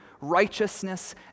righteousness